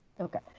Okay